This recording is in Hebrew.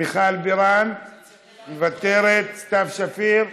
מיכל בירן, מוותרת, סתיו שפיר,